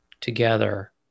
together